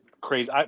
crazy